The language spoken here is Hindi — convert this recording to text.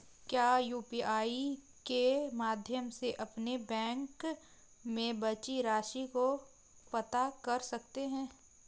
क्या यू.पी.आई के माध्यम से अपने बैंक में बची राशि को पता कर सकते हैं?